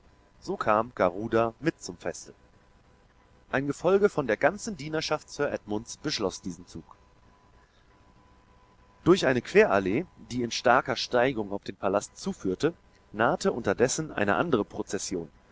so kam garuda mit zum feste ein gefolge von der ganzen dienerschaft sir edmunds beschloß diesen zug durch eine querallee die in starker steigung auf den palast zuführte nahte unterdessen eine andere prozession